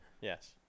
Yes